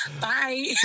bye